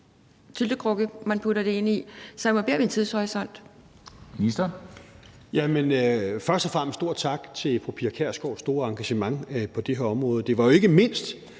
Først og fremmest en stor tak til fru Pia Kjærsgaard for hendes store engagement på det her område. Det er jo ikke mindst